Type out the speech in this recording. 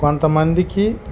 కొంతమందికి